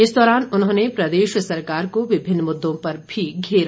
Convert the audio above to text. इस दौरान उन्होंने प्रदेश सरकार को विभिन्न मुद्दों पर भी घेरा